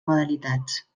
modalitats